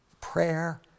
prayer